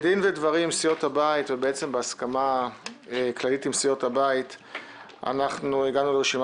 בדין ודברים עם סיעות הבית ובהסכמה כללית עמן אנחנו הגענו לרשימה